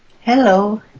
Hello